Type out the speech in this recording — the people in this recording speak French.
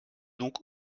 donc